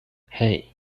hey